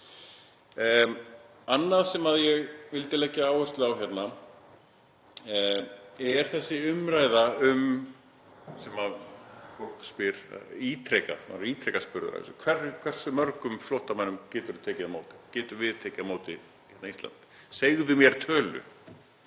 Annað sem ég vildi leggja áherslu á hérna er þessi umræða sem fólk spyr ítrekað út í, ég er ítrekað spurður að þessu: Hversu mörgum flóttamönnum getum við tekið á móti hérna á Íslandi? Segðu mér tölu.